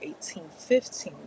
1815